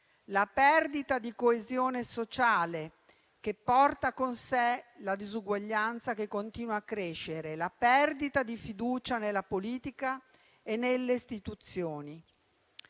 la perdita di coesione sociale, che porta con sé la disuguaglianza che continua a crescere. La perdita di fiducia nella politica e nelle istituzioni;